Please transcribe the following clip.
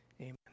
Amen